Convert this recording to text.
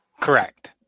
Correct